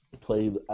played